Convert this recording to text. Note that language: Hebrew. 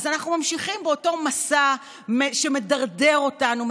אז אנחנו ממשיכים באותו מסע שמדרדר אותנו,